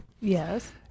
Yes